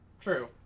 true